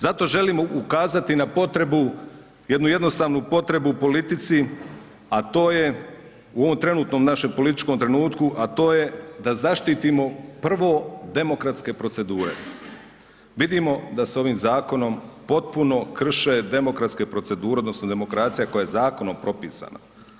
Zato želim ukazati na potrebu, jednu jednostavnu potrebu u politici, a to je u ovom trenutnom našem političkom trenutku, a to je da zaštitimo prvo demokratske procedure, vidimo da se ovim zakonom potpuno krše demokratske procedure odnosno demokracija koja je zakonom propisana.